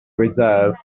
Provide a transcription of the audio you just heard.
reserve